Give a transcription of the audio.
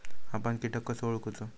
आपन कीटक कसो ओळखूचो?